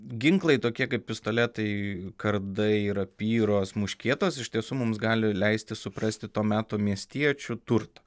ginklai tokie kaip pistoletai kardai rapyros muškietos iš tiesų mums gali leisti suprasti to meto miestiečių turtą